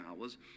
hours